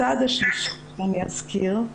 הצעד השלישי שאני אזכיר,